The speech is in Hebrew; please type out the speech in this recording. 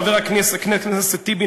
חבר הכנסת טיבי,